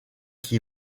qui